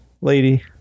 Lady